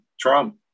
Trump